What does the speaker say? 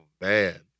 man